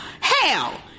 Hell